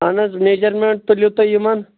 اَہَن حظ میجَرمٮ۪نٛٹ تُلِو تُہۍ یِمَن